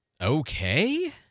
okay